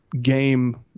game